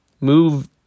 Move